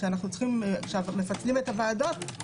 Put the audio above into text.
כשאנחנו מפצלים את הוועדות,